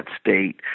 state